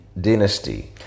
dynasty